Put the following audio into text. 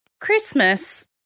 Christmas